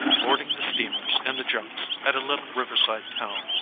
boarding the steamers and the junks at a little riverside town,